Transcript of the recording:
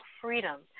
freedom